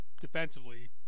defensively